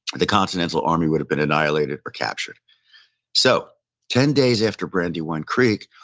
the continental army would have been annhialated or captured so ten days after brandywine creek,